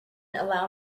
allow